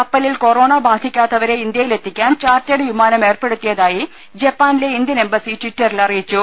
കപ്പലിൽ കൊറോണ ബാധിക്കാത്തവരെ ഇന്ത്യയിലെത്തിക്കാൻ ചാർട്ടേർഡ് വിമാനം ഏർപ്പെടുത്തിയതായി ജപ്പാനിലെ ഇന്ത്യൻ എംബസി ട്വിറ്ററിൽ അറിയിച്ചു